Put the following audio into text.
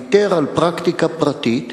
ויתר על פרקטיקה פרטית,